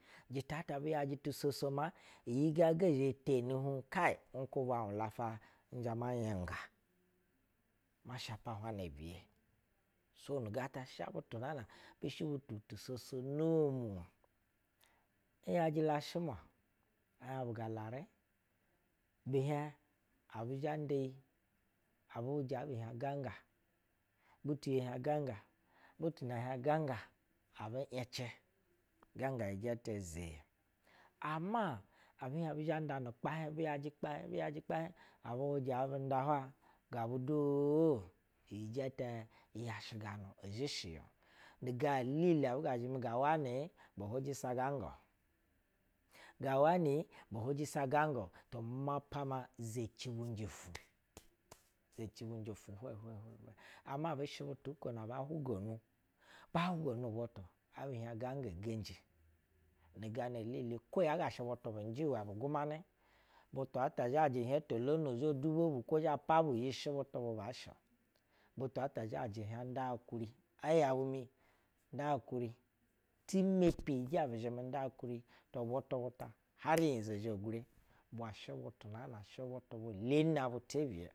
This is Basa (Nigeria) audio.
Jita ta bu ‘yajɛ tusoso ma iyi gɛgɛ teni huŋ kai? Nkubwa in la fa, n zhɛ ma nyinga ma shapa hwana biye. So nu gata sha butu naa nab u shɛ butu tu soso noomu. N ‘yajɛ la shɛ mwa ɛ hiɛŋ bu larɛ, bi hiɛŋ a buzhɛ nda iyi abu hwujɛ abu hiɛŋ ganga, butu ye hiɛŋ ganga butu na hiɛŋ ganga, abu iyɛcɛ ganga ijɛtɛ zwee. Ama abi hiɛŋ bi zha nda nu kpahiɛŋ, ɛbu hujɛ abu nda hwai gabu duu, ijɛtɛ yajɛ laya izhɛ shɛ gal el abi zhajɛ ya ga wani hujɛsa ganga-o, mapa ma izeci bu njɛ ufwu, izeci bu njɛ fwu hwɛhwɛ. Ama ubu shɛ butu buko na ba huga nu ba njɛ nu butu abi hiɛŋ ganga beyi na gana lele kwo ya sha butu bɛ njɛ wɛ bu gunamɛ butu ta zhajɛ hiɛŋ to lono zho dubo bu kwo zha pabu yi shɛ butu bu baa shɛ-o buto ata zhajɛ hiɛŋ nda nkuri, ɛ yɛu mi nda nkuri ti mepi, ijɛ bu gumanɛ nda nkuri butu bu ta har nyizo zhe gure ubwa shɛ butu bu leni nabu te biye.